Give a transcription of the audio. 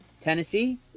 Tennessee